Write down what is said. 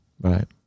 Right